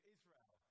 Israel